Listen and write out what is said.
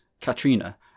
Katrina